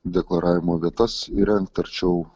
deklaravimo vietas įrengt arčiau